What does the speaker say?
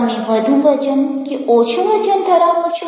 તમે વધું વજન કે ઓછું વજન ધરાવે છો